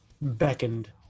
beckoned